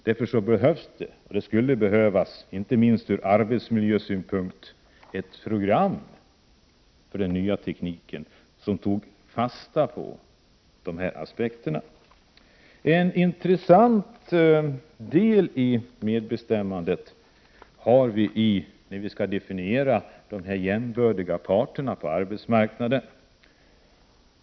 Därför skulle det behövas, inte minst ur arbetsmiljösynpunkt, ett program för den nya tekniken där man tar fasta på dessa aspekter. En intressant del i medbestämmandediskussionen är definitionen av de jämbördiga parterna på arbetsmarknaden.